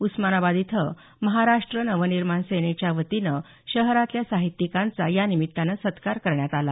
उस्मानाबाद इथं महाराष्ट्र नवनिर्माण सेनेच्या वतीनं शहरातल्या साहित्यिकांचा यानिमित्तानं सत्कार करण्यात आला